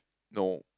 no